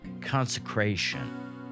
consecration